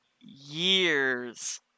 years